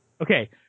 Okay